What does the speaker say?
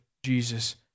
Jesus